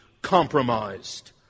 compromised